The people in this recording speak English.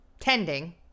tending